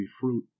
fruit